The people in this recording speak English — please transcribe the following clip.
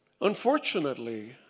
Unfortunately